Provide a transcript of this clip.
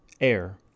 air